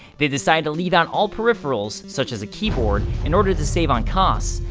they decided to leave out all peripherals, such as a keyboard, in order to save on costs,